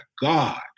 God